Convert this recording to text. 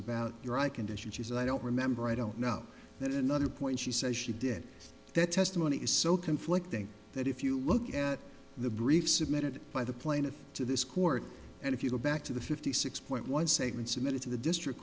eye condition she said i don't remember i don't know that another point she says she did that testimony is so conflicting that if you look at the brief submitted by the plaintiff to this court and if you go back to the fifty six point one segment submitted to the district